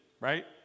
right